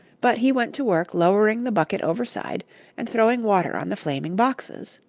but he went to work lowering the bucket overside and throwing water on the flaming boxes.